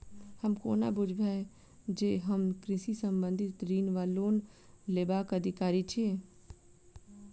हम कोना बुझबै जे हम कृषि संबंधित ऋण वा लोन लेबाक अधिकारी छी?